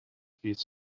viert